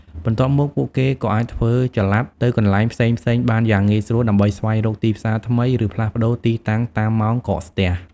បន្ទាប់មក ពួកគេក៏អាចធ្វើចល័តទៅកន្លែងផ្សេងៗបានយ៉ាងងាយស្រួល ដើម្បីស្វែងរកទីផ្សារថ្មី ឬផ្លាស់ប្តូរទីតាំងតាមម៉ោងកកស្ទះ។